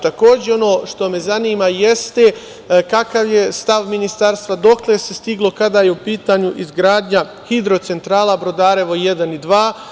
Takođe, ono što me zanima jeste kakav je stav ministarstva, dokle se stiglo kada je u pitanju izgradnja hidrocentrala „Brodarevo 1 i 2“